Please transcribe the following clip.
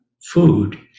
food